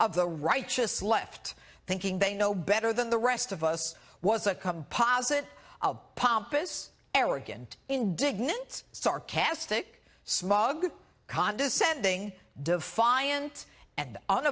of the righteous left thinking they know better than the rest of us was a composite of pompous arrogant indignant sarcastic smaug condescending defiant and